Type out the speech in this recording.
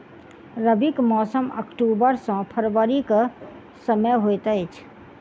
रबीक मौसम अक्टूबर सँ फरबरी क समय होइत अछि